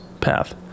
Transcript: path